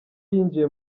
yinjiye